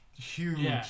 huge